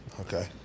Okay